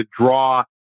draw